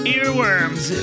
Earworms